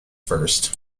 first